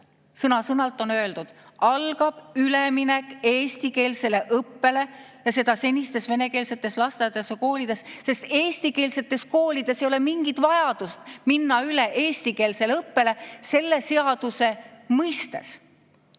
Sõna-sõnalt on öeldud, et algab üleminek eestikeelsele õppele, seda senistes venekeelsetes lasteaedades ja koolides, sest eestikeelsetes koolides ei ole mingit vajadust minna üle eestikeelsele õppele selle seaduse mõistes.